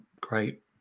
great